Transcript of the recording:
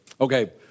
Okay